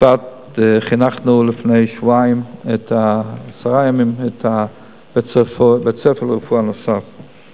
לפני עשרה ימים חנכנו בצפת בית-ספר נוסף לרפואה.